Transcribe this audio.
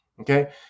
okay